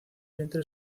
vientre